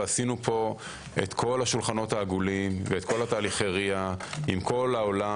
ועשינו את כל השולחנות העגולים ואת כל תהליכי הראייה עם כל העולם.